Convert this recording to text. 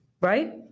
Right